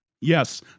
Yes